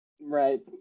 Right